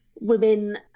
Women